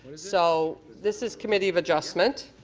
so this is committee of adjustment.